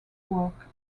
work